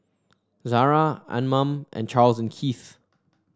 Zara Anmum and Charles and Keith